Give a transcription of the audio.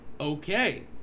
Okay